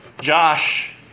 Josh